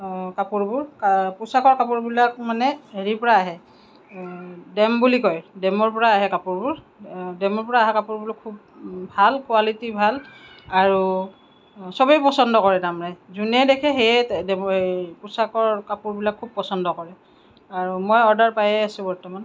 কাপোৰবোৰ পোছাকৰ কাপোৰবিলাক মানে হেৰিৰ পৰা আহে ডেম বুলি কয় ডেমৰ পৰা আহে কাপোৰবোৰ ডেমৰ পৰা অহা কাপোৰবোৰ খুব ভাল কুৱালিটি ভাল আৰু চবেই পচন্দ কৰে তাৰমানে যোনেই দেখে সেয়েই এই পোছাকৰ কাপোৰবিলাকো পচন্দ কৰে আৰু মই অৰ্ডাৰ পায়েই আছোঁ বৰ্তমান